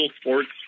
Sports